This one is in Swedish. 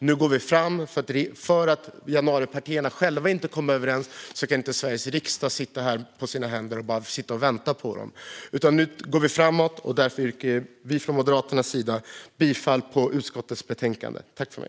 Nu går vi fram med detta. Bara för att januaripartierna själva inte kommer överens kan inte Sveriges riksdag sitta här på sina händer och bara vänta på dem, utan nu går vi framåt. Därför yrkar vi från Moderaternas sida bifall till utskottets förslag.